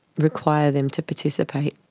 require them to participate.